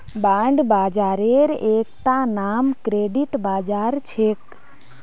bond बाजारेर एकता नाम क्रेडिट बाजार छेक